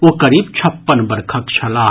ओ करीब छप्पन वर्षक छलाह